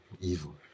Evil